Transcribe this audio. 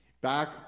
Back